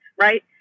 right